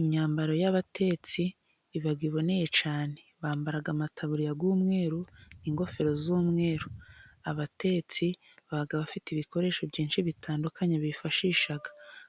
Imyambaro y'abatetsi iba iboneye cyane, bambara amataburiye y' umweru, ingofero z'umweru, abatetsi baba bafite ibikoresho byinshi bitandukanye bifashisha.